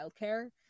childcare